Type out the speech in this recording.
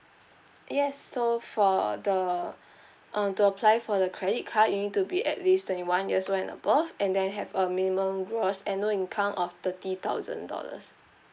yes so for the uh to apply for the credit card you need to be at least twenty one years old and above and then have a minimum gross annual income of thirty thousand dollars